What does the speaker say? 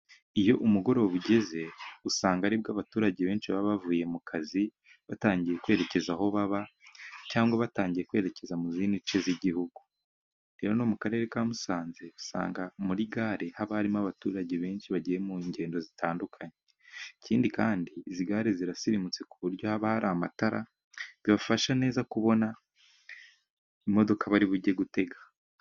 Iyo umugoroba ugeze, usanga aribwo abaturage benshi baba bavuye mu kazi, batangiye kwerekeza aho baba, cyangwa batangiye kwerekeza mu mu zindi ce z'igihugu. Rero no mu karere ka musanze, usanga muri gare haba harimo abaturage benshi, bagiye mu ngendo zitandukanye, ikindi kandi izi gare zirasirimutse ku buryo haba hari amatara, bibafasha neza kubona imodoka bari bujye gutega.